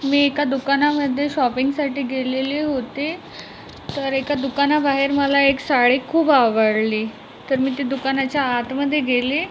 मी एका दुकानामध्ये शॉपिंगसाठी गेलेले होते तर एका दुकानाबाहेर मला एक साडी खूप आवडली तर मी त्या दुकानाच्या आतमध्ये गेले